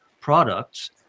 products